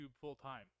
full-time